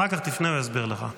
אחר כך תפנה, הוא יסביר לך.